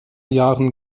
jahren